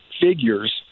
figures